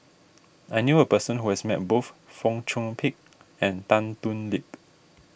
I knew a person who has met both Fong Chong Pik and Tan Thoon Lip